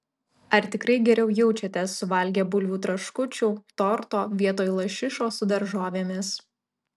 ar tikrai geriau jaučiatės suvalgę bulvių traškučių torto vietoj lašišos su daržovėmis